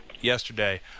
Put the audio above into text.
yesterday